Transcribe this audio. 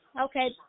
okay